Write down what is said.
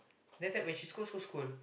that's why when she scold scold scold